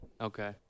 Okay